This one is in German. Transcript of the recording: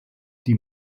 die